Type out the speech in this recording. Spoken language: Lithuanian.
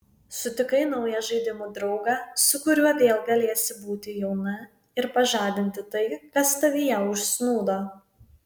sutikai naują žaidimų draugą su kuriuo vėl galėsi būti jauna ir pažadinti tai kas tavyje užsnūdo